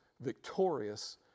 victorious